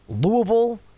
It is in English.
Louisville